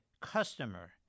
customer